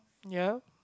ya